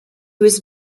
was